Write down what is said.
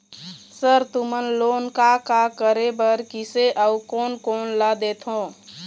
Sir तुमन loan का का करें बर, किसे अउ कोन कोन ला देथों?